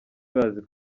bazi